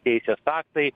teisės aktai